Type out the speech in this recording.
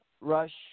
Rush